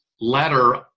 letter